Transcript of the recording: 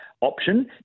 option